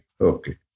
Okay